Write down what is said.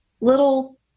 little